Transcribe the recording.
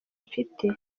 mfite